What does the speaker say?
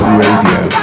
radio